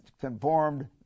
conformed